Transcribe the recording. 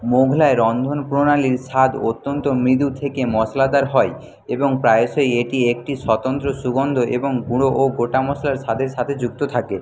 মোঘলাই রন্ধন প্রণালীর স্বাদ অত্যন্ত মৃদু থেকে মশলাদার হয় এবং প্রায়শই এটি একটি স্বতন্ত্র সুগন্ধ এবং গুঁড়ো ও গোটা মশলার স্বাদের সাথে যুক্ত থাকে